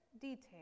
detail